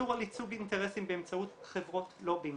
איסור על ייצוג אינטרסים באמצעות חברות לובינג.